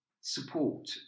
support